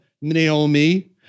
Naomi